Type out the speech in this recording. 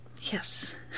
Yes